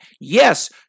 Yes